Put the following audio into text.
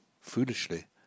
foolishly